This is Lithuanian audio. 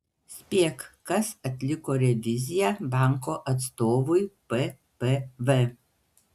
spėk kas atliko reviziją banko atstovui ppv